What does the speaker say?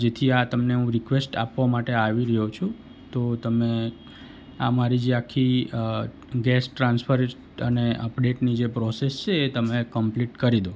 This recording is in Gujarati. જેથી આ તમને હું રિકવેસ્ટ આપવા માટે આવી રહ્યો છુ તો તમે આ મારી જે આખી ગેસ ટ્રાન્સફરિંગ અને અપડેટની જે પ્રોસેસ છે એ તમે કંપલીટ કરી દો